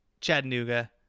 Chattanooga